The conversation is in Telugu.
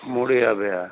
మూడు యాభైయా